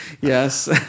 yes